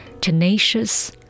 tenacious